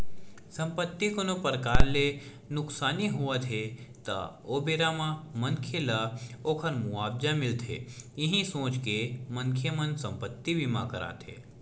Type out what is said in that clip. संपत्ति कोनो परकार ले नुकसानी होवत हे ता ओ बेरा म मनखे ल ओखर मुवाजा मिलथे इहीं सोच के मनखे मन संपत्ति बीमा कराथे